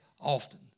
often